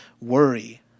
worry